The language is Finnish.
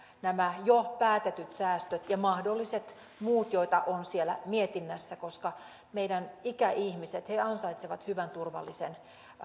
nämä jo päätetyt säästöt ja mahdolliset muut joita on siellä mietinnässä koska meidän ikäihmisemme ansaitsevat hyvän turvallisen